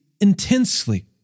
intensely